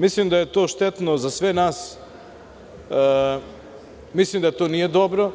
Mislim da je to štetno za sve nas, da to nije dobro,